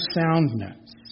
soundness